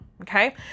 Okay